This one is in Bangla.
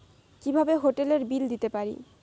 কিভাবে হোটেলের বিল দিতে পারি?